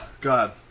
God